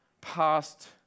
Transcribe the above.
past